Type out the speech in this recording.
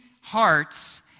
hearts